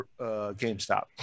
GameStop